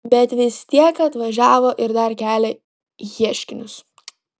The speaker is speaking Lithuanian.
bet vis tiek atvažiavo ir dar kelia ieškinius